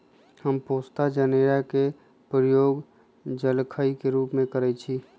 हम पोस्ता जनेरा के प्रयोग जलखइ के रूप में करइछि